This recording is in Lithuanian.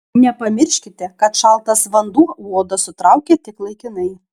nepamirškite kad šaltas vanduo odą sutraukia tik laikinai